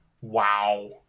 wow